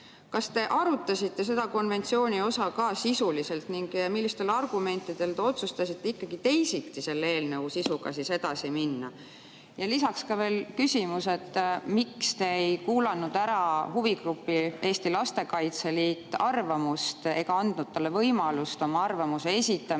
te arutasite seda konventsiooni osa ka sisuliselt ning millistel argumentidel te otsustasite ikkagi teisiti selle eelnõu sisuga edasi minna? Ja lisaks veel küsimus, miks te ei kuulanud ära huvigrupi Eesti Lastekaitse Liit arvamust. Miks te ei andnud neile võimalust oma arvamuse esitamiseks?